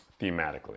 thematically